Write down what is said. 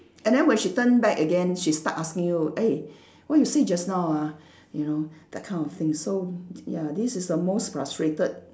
and then when she turn back again she start asking you eh what you say just now ah you know that kind of thing so ya this is the most frustrated